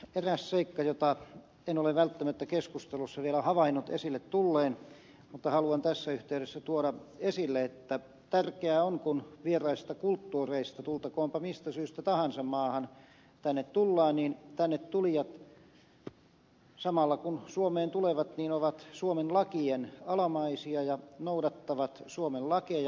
eräs seikka jota en ole välttämättä keskustelussa vielä havainnut esille tulleen mutta jonka haluan tässä yhteydessä tuoda esille on se että tärkeää on kun vieraista kulttuureista tänne tullaan tultakoonpa mistä syystä tahansa maahan että tänne tulijat samalla kun suomeen tulevat ovat suomen lakien alamaisia ja noudattavat suomen lakeja